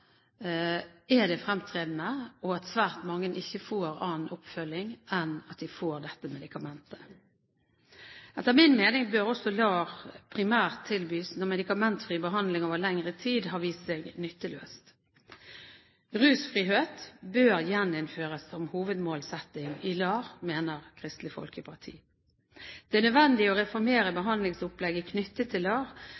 er det fremtredende, og at svært mange ikke får annen oppfølging enn at de får medikamentet. Etter min mening bør LAR primært tilbys når medikamentfri behandling over lengre tid har vist seg nytteløst. Rusfrihet bør gjeninnføres som hovedmålsetting i LAR, mener Kristelig Folkeparti. Det er nødvendig å reformere